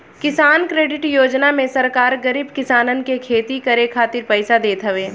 किसान क्रेडिट योजना में सरकार गरीब किसानन के खेती करे खातिर पईसा देत हवे